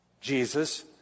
Jesus